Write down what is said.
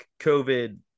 COVID